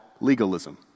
legalism